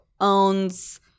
owns